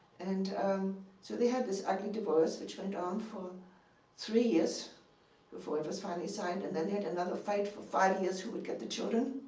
and um so they had this ugly divorce, which went on for three years before it was finally signed. and then they had another fight for five years who would get the children.